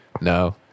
No